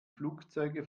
flugzeuge